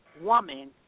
woman